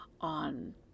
on